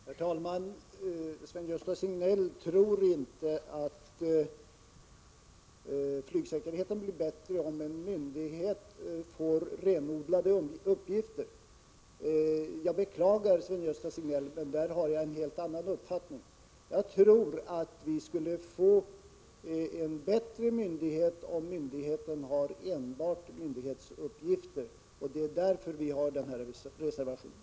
Herr talman! Sven-Gösta Signell tror inte att flygsäkerheten blir bättre om en myndighet får renodlade flygsäkerhetsuppgifter. Jag beklagar, Sven Gösta Signell, men där har jag en helt annan uppfattning. Jag tror att vi skulle få en bättre myndighet om den har enbart myndighetsuppgifter. Det är därför vi har avgivit denna reservation.